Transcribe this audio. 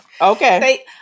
Okay